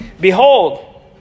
Behold